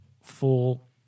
full